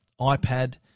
iPad